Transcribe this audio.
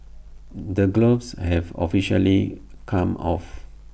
the gloves have officially come off